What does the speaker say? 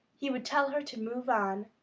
he would tell her to move on.